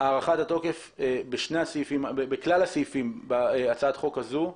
הארכת התוקף בכלל הסעיפים בהצעת החוק הזו,